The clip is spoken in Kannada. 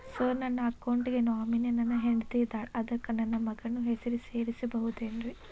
ಸರ್ ನನ್ನ ಅಕೌಂಟ್ ಗೆ ನಾಮಿನಿ ನನ್ನ ಹೆಂಡ್ತಿ ಇದ್ದಾಳ ಅದಕ್ಕ ನನ್ನ ಮಗನ ಹೆಸರು ಸೇರಸಬಹುದೇನ್ರಿ?